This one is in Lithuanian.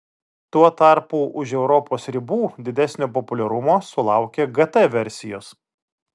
tuo tarpu už europos ribų didesnio populiarumo sulaukia gt versijos